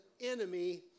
enemy